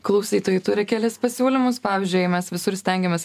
klausytojai turi kelis pasiūlymus pavyzdžiui jei mes visur stengiamės